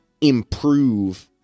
improve